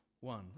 one